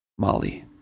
molly